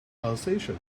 alsatian